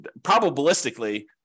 probabilistically